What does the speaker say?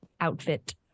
outfit